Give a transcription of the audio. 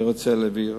א.